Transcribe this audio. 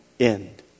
end